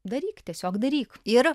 daryk tiesiog daryk ir